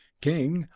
king,